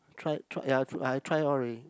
try try ya I I try all already